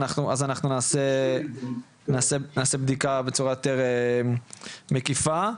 נעשה בדיקה בצורה יותר מקיפה.